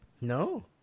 No